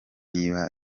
niba